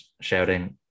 shouting